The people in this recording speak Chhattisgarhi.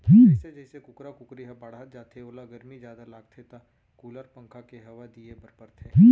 जइसे जइसे कुकरा कुकरी ह बाढ़त जाथे ओला गरमी जादा लागथे त कूलर, पंखा के हवा दिये बर परथे